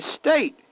state